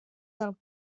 del